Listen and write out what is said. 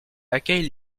laquelle